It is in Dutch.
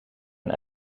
een